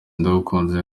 nakuze